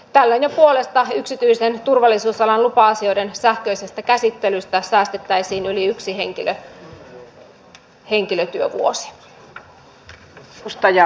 tällöin jo puolesta yksityisen turvallisuusalan lupa asioiden sähköisestä käsittelystä säästettäisiin yli yksi henkilötyövuosi